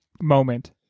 moment